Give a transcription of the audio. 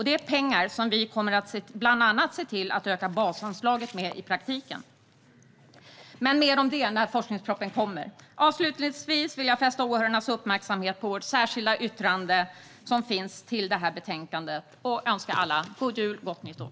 Det är pengar vi bland annat kommer att se till att öka basanslaget med i praktiken, men mer om det när forskningspropositionen kommer. Avslutningsvis vill jag fästa åhörarnas uppmärksamhet vid vårt särskilda yttrande i betänkandet och önska alla en god jul och ett gott nytt år.